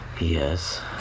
Yes